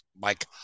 Mike